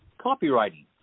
copywriting